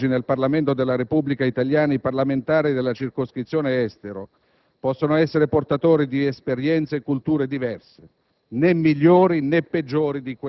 E' però mia convinzione che oggi nel Parlamento della Repubblica italiana, i parlamentari della circoscrizione Estero possono essere portatori di esperienze e culture diverse,